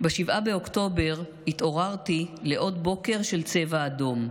ב-7 באוקטובר התעוררתי לעוד בוקר של צבע אדום,